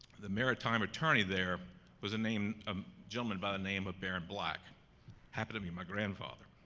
the maritime attorney there with the name um yeah um and but name of barron black happened to be my grandfather.